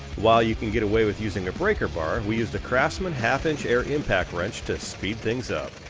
while you can get away with using a breaker bar, we used a craftsman half inch air impact wrench to speed things up.